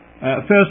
First